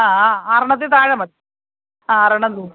ആ ആ ആറെണ്ണത്തിൽ താഴെ മതി ആ ആറെണ്ണം തൂങ്ങും